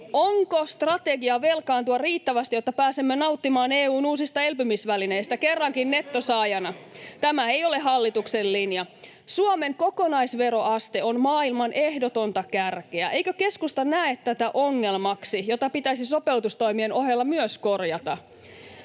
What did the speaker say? Onko strategia velkaantua riittävästi, jotta pääsemme nauttimaan EU:n uusista elpymisvälineistä kerrankin nettosaajana? [Jussi Saramo: Te lisäätte velkaa!] Tämä ei ole hallituksen linja. Suomen kokonaisveroaste on maailman ehdotonta kärkeä. Eikö keskusta näe tätä ongelmaksi, jota pitäisi sopeutustoimien ohella myös korjata?